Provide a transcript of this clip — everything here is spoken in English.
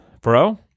Bro